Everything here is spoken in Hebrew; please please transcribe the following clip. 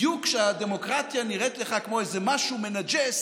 בדיוק כשהדמוקרטיה נראית לך כמו איזה משהו מנג'ס